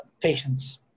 Patients